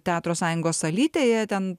teatro sąjungos salytėje ten